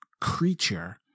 creature